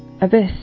abyss